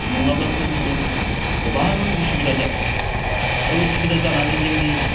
नङाब्लाथ' जोङो गोबां असुबिदा जागोन आरो असुबिदा जानानै जोंनि